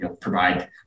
provide